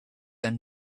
and